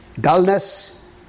dullness